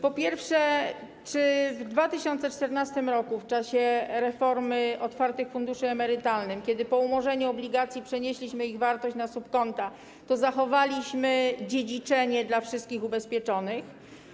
Po pierwsze, czy w 2014 r. w czasie reformy dotyczącej otwartych funduszy emerytalnych, kiedy po umorzeniu obligacji przenieśliśmy ich wartość na subkonta, zachowaliśmy dziedziczenie dla wszystkich ubezpieczonych?